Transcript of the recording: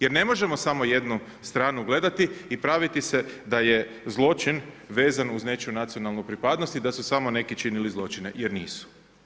Jer ne možemo samo jednu stranu gledati i praviti se da je zločin vezan uz nečiju nacionalnu pripadnost i da su samo neki činili zločine jer nisu.